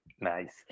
Nice